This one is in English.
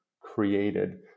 created